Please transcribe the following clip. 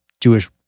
Jewish